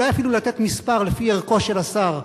ואולי אפילו לתת מספר לפי ערכו של השר,